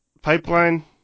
pipeline